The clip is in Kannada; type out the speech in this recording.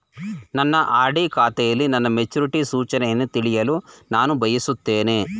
ನನ್ನ ಆರ್.ಡಿ ಖಾತೆಯಲ್ಲಿ ನನ್ನ ಮೆಚುರಿಟಿ ಸೂಚನೆಯನ್ನು ತಿಳಿಯಲು ನಾನು ಬಯಸುತ್ತೇನೆ